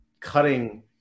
cutting